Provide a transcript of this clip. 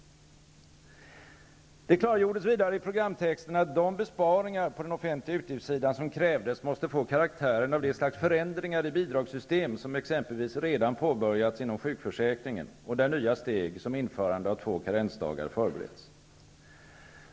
Det klargjordes vidare i programtexten att de besparingar på den offentliga utgiftssidan som krävdes måste få karaktären av det slags förändringar i bidragssystem som exempelvis redan påbörjats inom sjukförsäkringen och där nya steg som införande av två karensdagar förbereds.